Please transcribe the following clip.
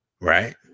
right